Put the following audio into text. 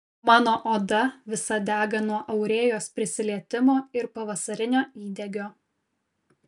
mano oda visa dega nuo aurėjos prisilietimo ir pavasarinio įdegio